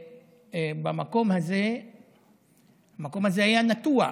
חראת'ה, והמקום הזה היה נטוע.